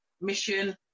mission